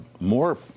more